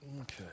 Okay